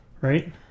right